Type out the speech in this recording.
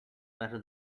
better